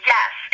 Yes